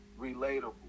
relatable